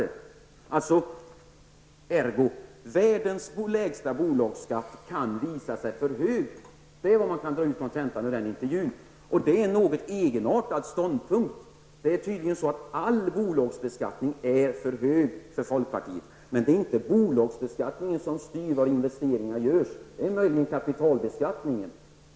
Ergo kan det visa sig att världens lägsta bolagsbeskattning är för hög. Det är kontentan av intervjun. Och det är en något egenartad ståndpunkt. Det är tydligen så att all bolagsbeskattningen är för hög för folkpartiet, men det är inte bolagsbeskattningen som styr var investeringarna görs. Det gör möjligen kapitalbeskattningen.